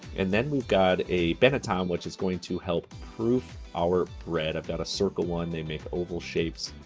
and then we've got a banetton, which is going to help proof our bread. i've got a circle one. they make oval shapes.